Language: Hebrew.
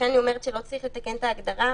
אני אומרת שלא צריך לתקן את ההגדרה.